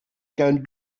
can